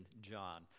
John